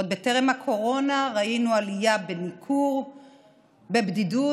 עוד בטרם הקורונה ראינו עלייה בניכור, בבדידות,